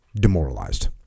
demoralized